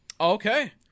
Okay